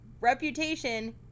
Reputation